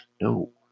No